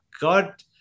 God